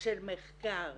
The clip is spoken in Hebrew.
של מחקר